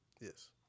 Yes